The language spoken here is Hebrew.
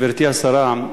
גברתי השרה,